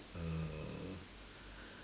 uh